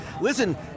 listen